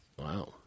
Wow